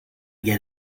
get